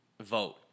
vote